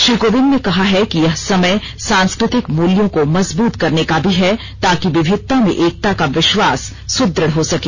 श्री कोविंद ने कहा है कि यह समय सांस्कृतिक मूल्यों को मजबूत करने का भी है ताकि विविधता में एकता का विश्वास सुदृढ़ हो सके